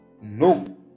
no